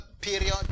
period